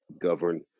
govern